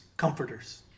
comforters